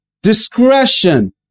Discretion